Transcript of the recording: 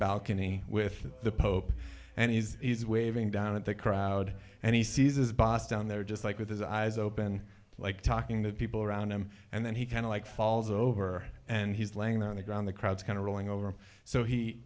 balcony with the pope and he's he's waving down at the crowd and he sees as boss down there just like with his eyes open like talking to the people around him and then he kind of like falls over and he's laying on the ground the crowd's kind of rolling over so